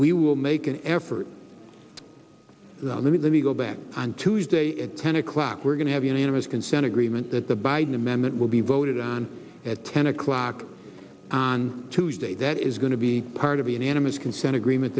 we will make an effort let me let me go back on tuesday at ten o'clock we're going to have unanimous consent agreement that the biden amendment will be voted on at ten o'clock on tuesday that is going to be part of the unanimous consent agreement